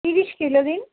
তিরিশ কিলো দিন